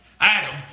Adam